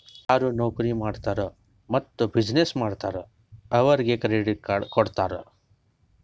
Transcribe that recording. ಯಾರು ನೌಕರಿ ಮಾಡ್ತಾರ್ ಮತ್ತ ಬಿಸಿನ್ನೆಸ್ ಮಾಡ್ತಾರ್ ಅವ್ರಿಗ ಕ್ರೆಡಿಟ್ ಕಾರ್ಡ್ ಕೊಡ್ತಾರ್